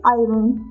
iron